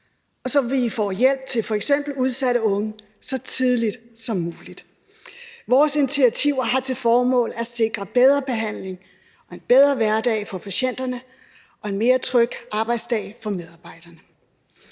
og så vi får hjælp til f.eks. udsatte unge så tidligt som muligt. Vores initiativer har til formål at sikre bedre behandling og en bedre hverdag for patienterne og en mere tryg arbejdsdag for medarbejderne.